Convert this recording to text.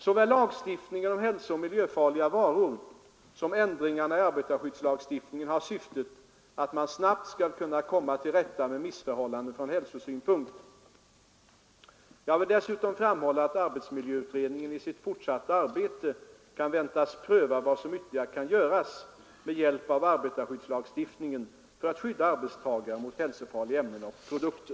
Såväl lagstiftningen om hälsooch miljöfarliga varor som ändringarna i arbetarskyddslagstiftningen har syftet att man snabbt skall kunna komma till rätta med missförhållanden från hälsosynpunkt. Jag vill dessutom framhålla att arbetsmiljöutredningen i sitt fortsatta arbete kan väntas pröva vad som ytterligare kan göras med hjälp av arbetarskyddslagstiftningen för att skydda arbetstagare mot hälsofarliga ämnen och produkter.